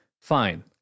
fine